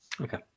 Okay